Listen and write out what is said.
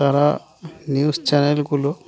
তারা নিউজ চ্যানেলগুলো